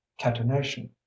catenation